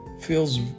feels